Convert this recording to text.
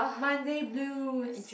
Monday blues